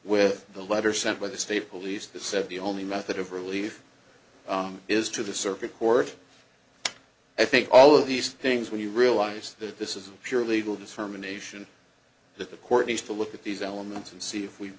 with the letter sent by the state police that said the only method of relief is to the circuit court i think all of these things when you realize that this is a pure legal determination that the court needs to look at these elements and see if we've